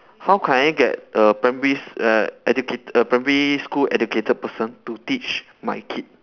how can I get a primary s~ a educated a primary school educated person to teach my kid